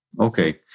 Okay